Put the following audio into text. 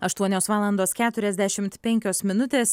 aštuonios valandos keturiasdešimt penkios minutės